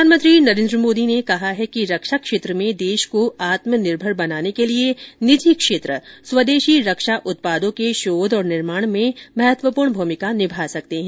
प्रधानमंत्री नरेन्द्र मोदी ने कहा है कि रक्षा क्षेत्र में देश को आत्मनिर्भर बनाने के लिए निजी क्षेत्र स्वदेशी रक्षा उत्पादों के शोध और निर्माण में महत्वपूर्ण भूमिका निभा सकते हैं